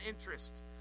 interest